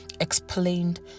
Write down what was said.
explained